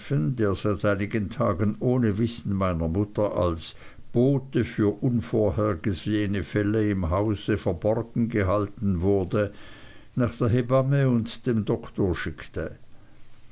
der seit einigen tagen ohne wissen meiner mutter als bote für unvorhergesehene fälle im hause verborgen gehalten wurde nach der hebamme und dem doktor schickte